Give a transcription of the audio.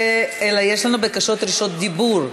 אלא יש לנו בקשות רשות דיבור.